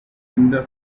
binder